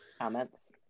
comments